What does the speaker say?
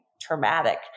traumatic